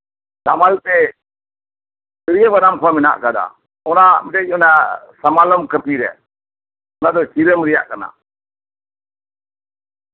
ᱦᱟᱢᱟᱞ ᱛᱮ ᱛᱤᱨᱭᱳ ᱵᱟᱱᱟᱢ ᱦᱚᱸ ᱢᱮᱱᱟᱜ ᱟᱠᱟᱫᱟ ᱚᱱᱟ ᱢᱤᱫᱴᱮᱡ ᱚᱱᱟ ᱥᱟᱢᱟᱱᱚᱢ ᱠᱟᱯᱤ ᱨᱮ ᱱᱚᱣᱟ ᱫᱚ ᱥᱤᱨᱟᱹᱢ ᱨᱮᱭᱟᱜ ᱠᱟᱱᱟ